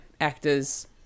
actors